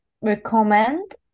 recommend